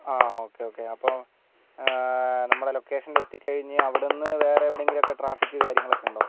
ആ ഓക്കെ ഒക്കെ അപ്പം നമ്മുടെ ലൊക്കേഷനിൽ എത്തി കഴിഞ്ഞ് അവിടുന്ന് വേറെ എവിടെ എങ്കിലും ഒക്കെ ട്രാഫിക്ക് കാര്യങ്ങളൊക്കെ ഉണ്ടോ